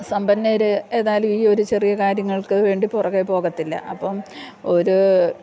സമ്പന്നർ ഏതായാലും ഈ ഒരു ചെറിയ കാര്യങ്ങൾക്ക് വേണ്ടി പുറകെ പോകത്തില്ല അപ്പം ഒരു